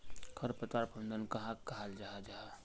खरपतवार प्रबंधन कहाक कहाल जाहा जाहा?